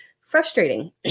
frustrating